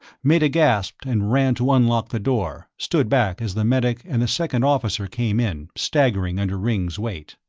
meta gasped and ran to unlock the door, stood back as the medic and the second officer came in, staggering under ringg's weight.